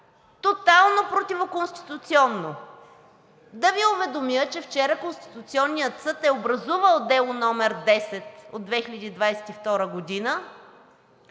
тотално противоконституционно. Да Ви уведомя, че вчера Конституционният съд е образувал Дело № 10 от 2022 г.